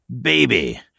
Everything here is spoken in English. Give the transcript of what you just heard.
Baby